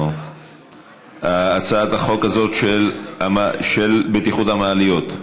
הצעת החוק הזאת של בטיחות המעליות.